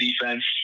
defense